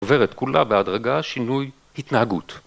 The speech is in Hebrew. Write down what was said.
עוברת כולה בהדרגה שינוי התנהגות.